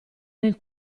nel